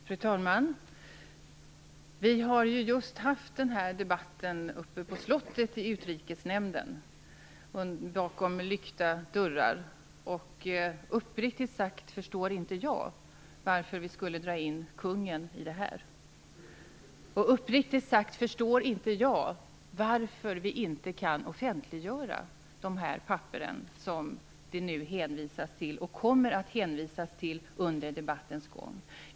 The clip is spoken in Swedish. Fru talman! Vi har nyss bakom lykta dörrar haft samma debatt i Utrikesnämnden på Slottet. Uppriktigt sagt förstår inte jag varför vi skulle dra in kungen i det här. Och uppriktigt sagt förstår inte jag varför vi inte kan offentliggöra de papper som det nu hänvisas och som det kommer att hänvisas till under debattens gång.